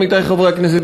עמיתי חברי הכנסת,